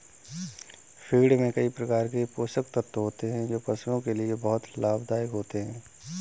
feed में कई प्रकार के पोषक तत्व होते हैं जो पशुओं के लिए बहुत लाभदायक होते हैं